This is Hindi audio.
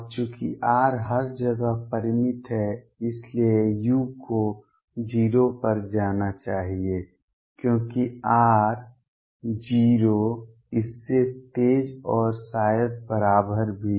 और चूंकि R हर जगह परिमित है इसलिए u को 0 पर जाना चाहिए क्योंकि r → 0 इससे तेज और शायद बराबर भी